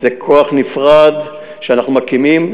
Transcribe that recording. זה כוח נפרד שאנחנו מקימים.